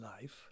life